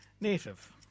native